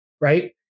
right